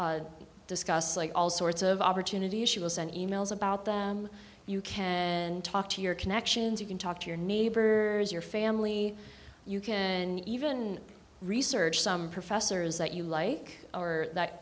discuss like all sorts of opportunities she will send emails about them you can talk to your connections you can talk to your neighbors your family you can even research some professors that you like or that